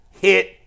hit